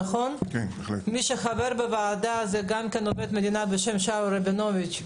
מי שחבר בוועדה הוא עובד מדינה בשם שמואל רבינוביץ',